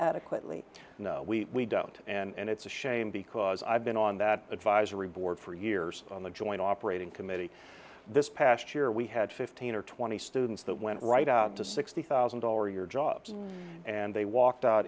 adequately and we don't and it's a shame because i've been on that advisory board for years on the joint operating committee this past year we had fifteen or twenty students that went right up to sixty thousand dollar your job and they walked